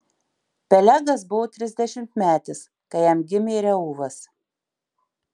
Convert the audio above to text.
pelegas buvo trisdešimtmetis kai jam gimė reuvas